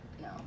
no